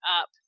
up